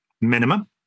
minimum